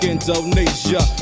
Indonesia